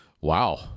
Wow